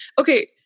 Okay